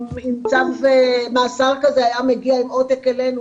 צו מאסר כזה היה מגיע עם עותק אלינו,